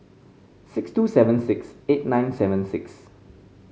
six two seven six eight nine seven six